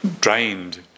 drained